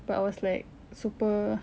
but I was like super